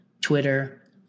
twitter